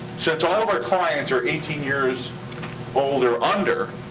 since all of our clients are eighteen years old or under,